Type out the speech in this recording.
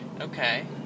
Okay